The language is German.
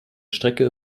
strecke